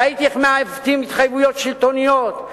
ראיתי איך מעוותים התחייבויות שלטוניות,